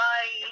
Bye